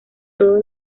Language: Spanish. todo